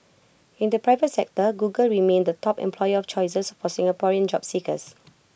in the private sector Google remained the top employer of choices for Singaporean job seekers